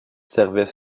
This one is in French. servait